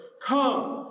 come